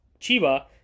Chiba